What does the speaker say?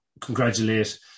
congratulate